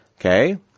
okay